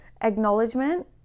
acknowledgement